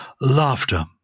laughter